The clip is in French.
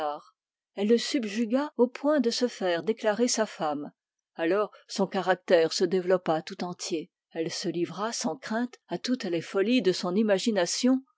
elle le subjugua au point de se faire déclarer sa femme alors son caractère se développa tout entier elle se livra sans crainte à toutes les folies de son imagination